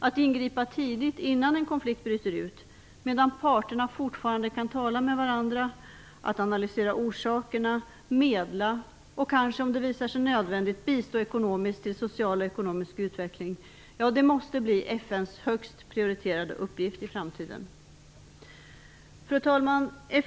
Att ingripa tidigt, innan en konflikt bryter ut, medan parterna fortfarande kan tala med varandra, att analysera orsakerna, att medla och kanske, om det visar sig nödvändigt, bistå ekonomiskt till social och ekonomisk utveckling - det måste bli FN:s högst prioriterade uppgift i framtiden. Fru talman!